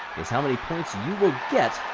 there's how many points you will get,